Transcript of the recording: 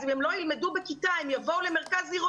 אז אם הם לא ילמדו בכיתה אז הם יבואו למרכז עירוני.